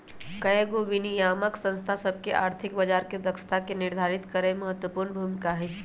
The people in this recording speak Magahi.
कयगो विनियामक संस्था सभ के आर्थिक बजार के दक्षता के निर्धारित करेमे महत्वपूर्ण भूमिका हइ